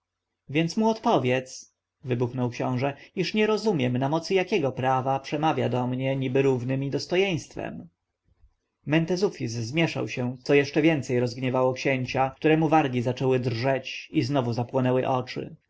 więc mu odpowiedz wybuchnął książę iż nie rozumiem na mocy jakiego prawa przemawia do mnie niby równy mi dostojeństwem mentezufis zmieszał się co jeszcze więcej rozgniewało księcia któremu wargi zaczęły drżeć i znowu zapłonęły oczy